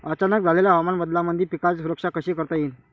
अचानक झालेल्या हवामान बदलामंदी पिकाची सुरक्षा कशी करता येईन?